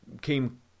came